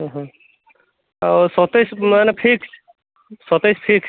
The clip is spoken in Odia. ଓଃ ଆଉ ସତେଇଶି ମାନେ ଫିକ୍ସ୍ ସତେଇଶି ଫିକ୍ସ୍